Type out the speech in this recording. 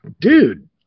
Dude